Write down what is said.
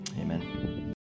Amen